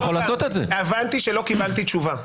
הבנתי שלא קיבלתי תשובה.